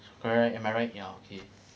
so correct right am I right ya okay